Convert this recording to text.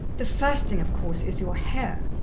the first thing, of course, is your hair.